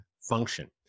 function